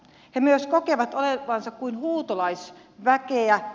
he myös kokevat olevansa kuin huutolaisväkeä